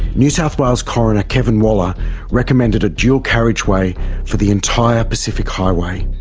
new south wales coroner, kevin waller recommended a dual carriageway for the entire pacific highway.